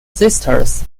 sisters